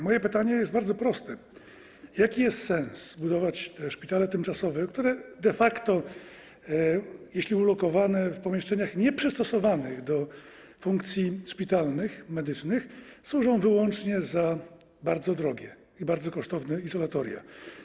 Moje pytanie jest bardzo proste: Jaki jest sens budować te szpitale tymczasowe, które de facto, jeśli ulokowane są w pomieszczeniach nieprzystosowanych do funkcji szpitalnych, medycznych, służą wyłącznie jako bardzo drogie i bardzo kosztowne izolatoria?